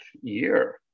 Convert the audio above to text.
year